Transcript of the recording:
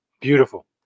Beautiful